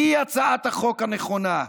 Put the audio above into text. היא הצעת החוק הנכונה.